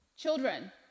Children